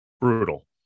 brutal